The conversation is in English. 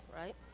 right